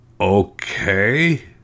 okay